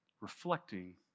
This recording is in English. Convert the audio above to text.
reflecting